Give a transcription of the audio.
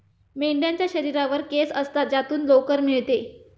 मेंढ्यांच्या शरीरावर केस असतात ज्यातून लोकर मिळते